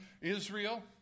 Israel